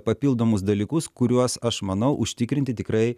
papildomus dalykus kuriuos aš manau užtikrinti tikrai